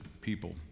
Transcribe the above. people